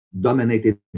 dominated